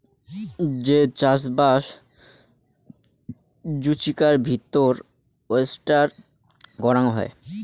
যে চাষবাস জুচিকার ভিতর ওয়েস্টার করাং হই